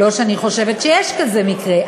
לא שאני חושבת שיש כזה מקרה,